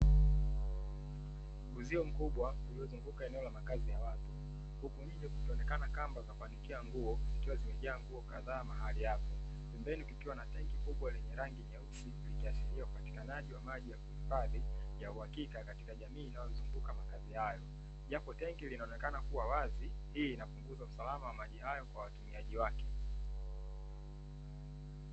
Uzio mkubwa uliozunguka eneo la makazi ya watu, huku nje kukiwa na kamba za kuanikia nguo, zikiwa zimejaa nguo kadhaa mahali hapa, pembeni kukiwa na tenki kubwa lenye rangi nyeusi likiashiria upatikanaji wa maji ya uhakika katika jamii inayozunguka makazi hayo. Japo tenki linaonekana kuwa wazi hii inapunguza usalama wa watumiaji wake.